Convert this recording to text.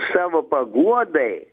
savo paguodai